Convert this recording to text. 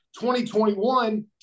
2021